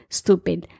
stupid